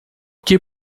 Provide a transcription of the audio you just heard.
que